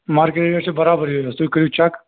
market rate چھِ بَرابر یِہےَ حظ تُہۍ کٔرِو چَک